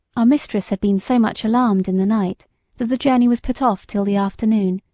our mistress had been so much alarmed in the night that the journey was put off till the afternoon,